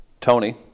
Tony